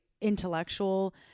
intellectual